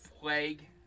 plague